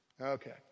okay